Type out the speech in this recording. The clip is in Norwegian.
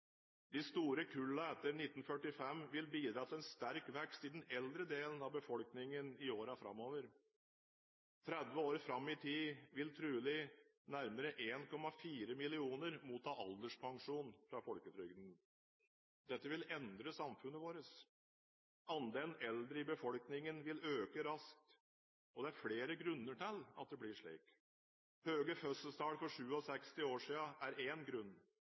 De store kullene etter 1945 vil bidra til en sterk vekst i den eldre delen av befolkningen i årene framover. 30 år fram i tid vil trolig nærmere 1 400 000 motta alderspensjon fra folketrygden. Dette vil endre samfunnet vårt. Andelen eldre i befolkingen vil øke raskt. Det er flere grunner til at det blir slik. Høye fødselstall for 67 år siden er én grunn.